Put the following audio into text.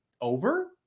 over